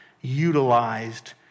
utilized